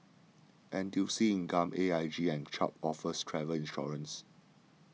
N T U C Income A I G and Chubb offers travel insurance